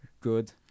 good